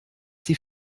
die